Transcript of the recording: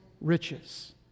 riches